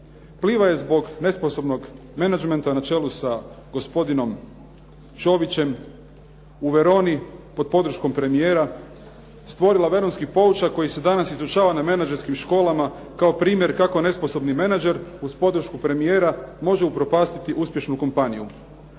Pliva je zbog nesposobnost menađmenta na čelu sa gospodinom Ćovićem u Veroni pod podrškom premijera stvorila veronski poučak koji se danas izučava na menađerskim školama kao primjer kako nesposobni menadžer uz podršku premijera može upropastiti uspješnu kompaniju.